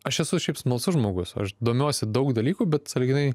aš esu šiaip smalsus žmogus aš domiuosi daug dalykų bet sąlyginai